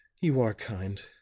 you are kind.